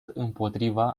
împotriva